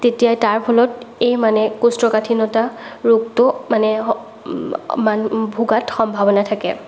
তেতিয়াই তাৰ ফলত এই মানে কৌষ্ঠকাঠিন্যতা ৰোগটো মানে ভোগাত সম্ভাৱনা থাকে